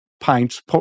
pints